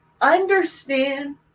understand